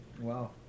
wow